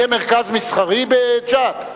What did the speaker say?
יהיה מרכז מסחרי בג'ת?